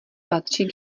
patří